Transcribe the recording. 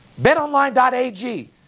BetOnline.ag